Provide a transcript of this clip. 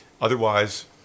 Otherwise